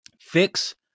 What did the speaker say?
fix